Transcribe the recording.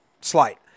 slight